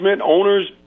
owners